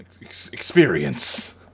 experience